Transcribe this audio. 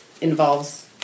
involves